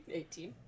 Eighteen